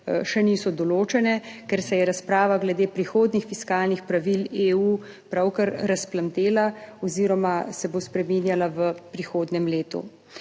še niso določene, ker se je razprava glede prihodnjih fiskalnih pravil EU pravkar razplamtela oziroma se bo spreminjala v prihodnjem letu.